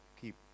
keep